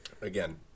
again